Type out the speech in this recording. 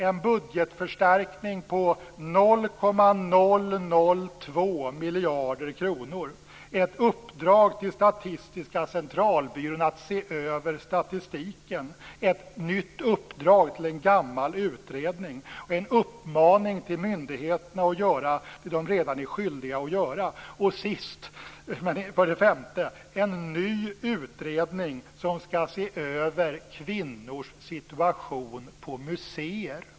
Jo, en budgetförstärkning på 0,002 miljarder kronor, ett uppdrag till Statistiska centralbyrån att se över statistiken, ett nytt uppdrag till en gammal utredning, en uppmaning till myndigheterna att göra det som de redan är skyldiga att göra och till sist: en ny utredning som skall se över kvinnors situation på museer.